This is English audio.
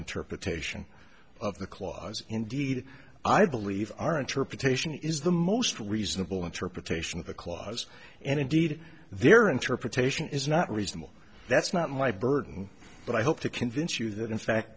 interpretation of the clause indeed i believe our interpretation is the most reasonable interpretation of the clause and indeed their interpretation is not reasonable that's not my burden but i hope to convince you that in fact